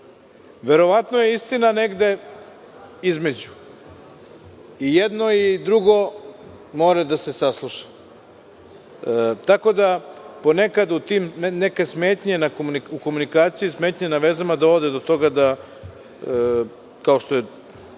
Verovatno je istina negde između. I jedno i drugo mora da se sasluša. Ponekad te smetnje u komunikaciji, smetnje na vezama dovode do toga da, kao što je